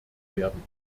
werden